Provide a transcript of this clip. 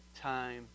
time